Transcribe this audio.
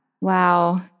Wow